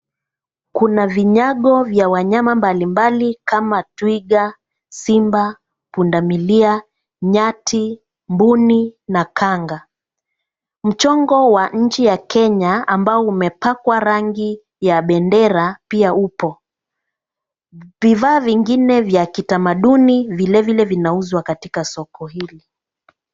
Kuna vinyago vya wanyama mbalimbali kama twiga, simba, pundamilia, nyati, mbuni na kanga. Mchongo wa nchi ya Kenya ambao umepakwa rangi ya bendera pia upo. Vifaa vingine vya kitamaduni vilevile vinauzwa katika soko hili.